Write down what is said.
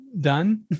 done